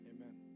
Amen